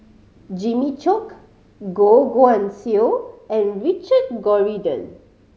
Jimmy Chok Goh Guan Siew and Richard Corridon